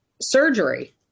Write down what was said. Surgery